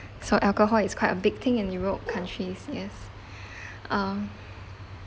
so alcohol it's quite a big thing in europe countries yes uh